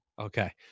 Okay